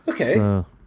Okay